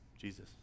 Jesus